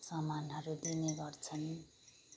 सामानहरू दिने गर्छन्